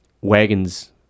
Wagons